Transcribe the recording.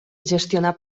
gestionat